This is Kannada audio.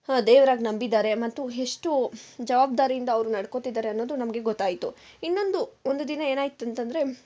ದೇವರಾಗಿ ನಂಬಿದ್ದಾರೆ ಮತ್ತು ಎಷ್ಟು ಜವಾಬ್ದಾರಿಯಿಂದ ಅವ್ರು ನಡ್ಕೋಳ್ತಿದ್ದಾರೆ ಅನ್ನೋದು ನಮಗೆ ಗೊತ್ತಾಯಿತು ಇನ್ನೊಂದು ಒಂದು ದಿನ ಏನಾಯ್ತುಂತೆಂದ್ರೆ